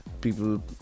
People